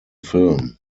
film